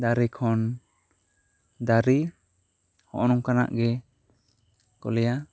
ᱫᱟᱹᱨᱤ ᱠᱷᱚᱱ ᱫᱟᱨᱮ ᱱᱚᱜᱼᱚᱭ ᱱᱚᱝᱠᱟᱱᱟᱜ ᱜᱮ ᱠᱩᱞᱤᱭᱟ